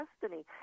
destiny